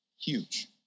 Huge